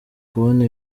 kubona